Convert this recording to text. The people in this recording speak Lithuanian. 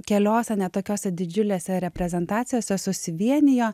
keliose ne tokiose didžiulėse reprezentacijose susivienijo